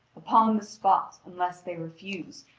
upon the spot, unless they refuse,